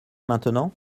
maintenant